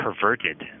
perverted